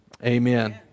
Amen